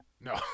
No